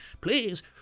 please